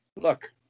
look